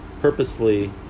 purposefully